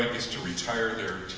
is to retire their